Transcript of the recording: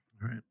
right